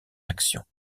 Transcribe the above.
actions